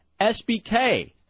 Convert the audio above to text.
SBK